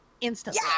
instantly